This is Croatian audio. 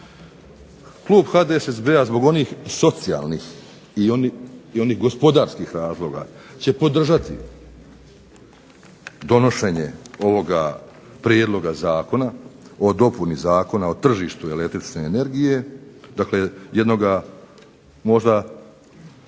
Klub HDSSB-a zbog onih socijalnih i onih gospodarskih razloga će podržati donošenje ovoga prijedloga Zakona o dopuni Zakona o tržištu električne energije, dakle jednoga možda